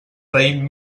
raïm